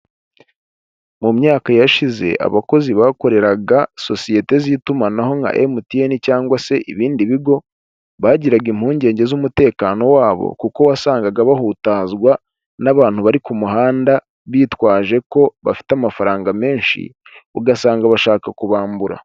Mu myaka yashize abakozi bakoreraga sosiyete z'itumanaho nka MTN cyangwa se ibindi bigo, bagiraga impungenge z'umutekano wabo, kuko wasangaga bahutazwa n'abantu bari ku muhanda bitwaje ko bafite amafaranga menshi ugasanga bashaka kubambura.